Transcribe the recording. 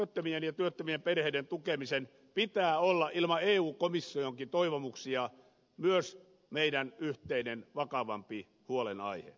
työttömien ja työttömien perheiden tukemisen pitää olla ilman eu komissionkin toivomuksia myös meidän yhteinen vakavampi huolenaiheemme